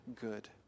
good